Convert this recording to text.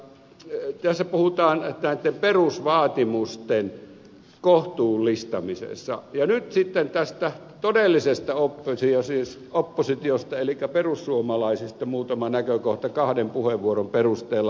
tässä puhutaan näitten perusvaatimusten kohtuullistamisesta ja nyt sitten tästä todellisesta oppositiosta elikkä perussuomalaisista muutama näkökohta kahden puheenvuoron perusteella